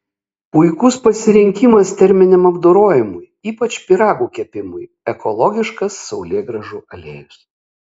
puikus pasirinkimas terminiam apdorojimui ypač pyragų kepimui ekologiškas saulėgrąžų aliejus